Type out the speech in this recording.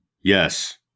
Yes